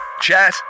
Chat